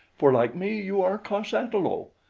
for like me you are cos-ata-lo.